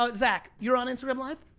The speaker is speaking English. ah zach, you're on instagram live?